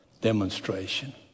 demonstration